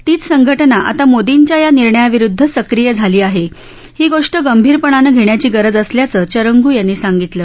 तीच संघटना आता मोदींच्या या निर्णयाविरुद्ध सक्रीय झाली आहे ही गोष्ट गंभारपणानं घेण्याची गरज असल्याचं चरंग् यांनी सांगितलं